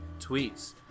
tweets